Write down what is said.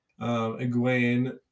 Egwene